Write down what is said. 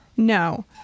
No